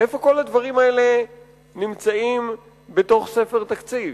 איפה כל הדברים האלה נמצאים בתוך ספר התקציב?